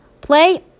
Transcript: Play